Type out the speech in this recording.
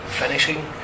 finishing